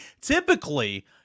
Typically